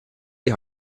die